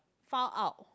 found out